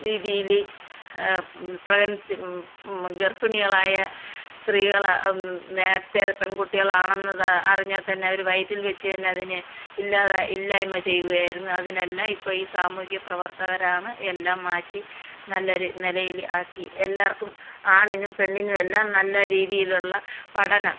രീതിയിൽ പ്രഗൻസി ഗർഭിണികളായ സ്ത്രീകളെ നേരത്തെ പെൺകുട്ടികളാണെന്നത് അറിഞ്ഞാൽ തന്നെ അവർ വയറ്റിൽ വെച്ച് തന്നെ അതിനെ ഇല്ലാതെ ഇല്ലായ്മ ചെയ്യുകയിരുന്നു അതിനെല്ലാം ഇപ്പം ഈ സാമൂഹ്യപ്രവർത്തകരാണ് എല്ലാം മാറ്റി നല്ലൊരു നിലയിൽ ആക്കി എല്ലാവർക്കും ആണിനും പെണ്ണിനും എല്ലാം നല്ല രീതിയിലുള്ള പഠനം